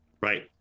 Right